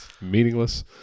Meaningless